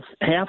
half